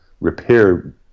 repair